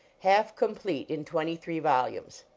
half complete in twenty-three volumes.